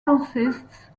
consists